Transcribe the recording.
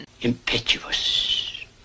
Impetuous